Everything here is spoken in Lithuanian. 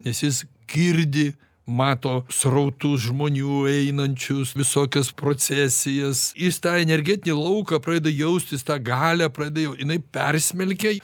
nes jis girdi mato srautus žmonių einančius visokias procesijas jis tą energetinį lauką pradeda jaust jis tą galią pradeda jau jinai persmelkia